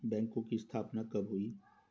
बैंकों की स्थापना कब हुई?